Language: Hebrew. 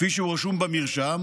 כפי שהוא רשום במרשם,